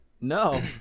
No